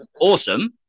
awesome